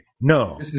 No